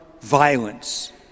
violence